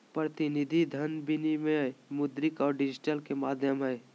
प्रतिनिधि धन विनिमय मुद्रित और डिजिटल के माध्यम हइ